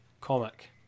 comic